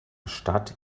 stadt